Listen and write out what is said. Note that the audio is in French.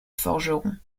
forgeron